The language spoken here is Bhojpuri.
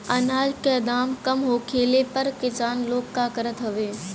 अनाज क दाम कम होखले पर किसान लोग का करत हवे?